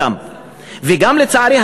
לצערי,